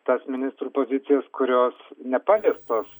tas ministrų pozicijas kurios nepaliestos